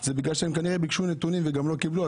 זה בגלל שהם כנראה ביקשו נתונים וגם לא קיבלו,